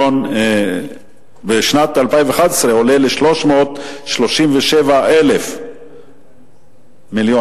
ובשנת 2011 עולה ל-337 מיליון